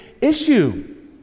issue